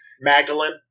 Magdalene